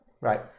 Right